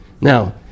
Now